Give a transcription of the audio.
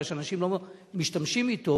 מפני שאנשים לא משתמשים בו,